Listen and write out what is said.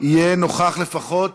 יהיה נוכח לפחות